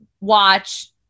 watch